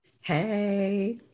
Hey